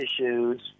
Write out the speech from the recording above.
issues